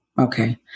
Okay